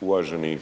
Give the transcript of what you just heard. **Bulj, Miro